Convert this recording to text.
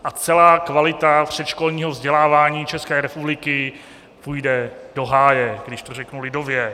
A celá kvalita předškolního vzdělávání České republiky půjde do háje, když to řeknu lidově.